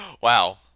Wow